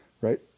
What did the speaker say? right